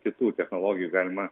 kitų technologijų galima